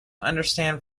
understand